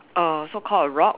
a so called a